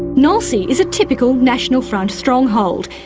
noisy is a typical national front stronghold.